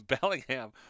Bellingham